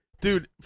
dude-